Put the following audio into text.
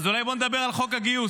אז אולי בוא נדבר על חוק הגיוס.